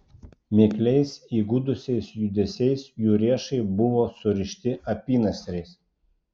mikliais įgudusiais judesiais jų riešai buvo surišti apynasriais